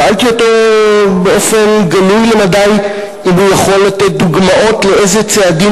שאלתי אותו באופן גלוי למדי אם הוא יכול לתת דוגמאות על אילו צעדים